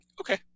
Okay